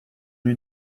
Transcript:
eût